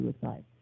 suicide